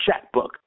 checkbook